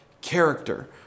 character